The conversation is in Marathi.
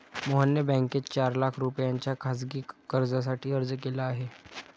मोहनने बँकेत चार लाख रुपयांच्या खासगी कर्जासाठी अर्ज केला आहे